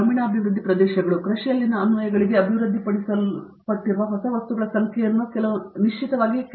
ಗ್ರಾಮೀಣಾಭಿವೃದ್ಧಿ ಪ್ರದೇಶಗಳು ಕೃಷಿಯಲ್ಲಿನ ಅನ್ವಯಗಳಿಗೆ ಅಭಿವೃದ್ಧಿಪಡಿಸಲ್ಪಟ್ಟಿರುವ ಹೊಸ ವಸ್ತುಗಳ ಸಂಖ್ಯೆಯನ್ನು ಕೆಲವು ನಿಶ್ಚಿತವಾಗಿ ಬಳಸಲಾಗುತ್ತಿದೆ